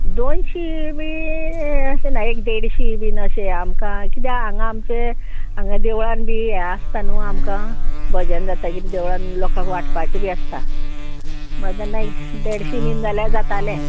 दोनशीं बी अशें ना एक देडशीं बीन अशें आमकां किद्या हांगा आमचें हांगा देवळान बी हें आसता न्हू आमकां भजन जाता किदें देवळान लोकांक वांटपाचें बी आसता म्हण तेन्ना देडशीं बीन जाल्यार जातालें